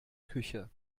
küche